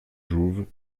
jouve